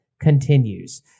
continues